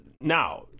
Now